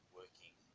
working